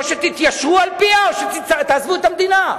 או שתתיישרו על-פיה או שתעזבו את המדינה.